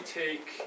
take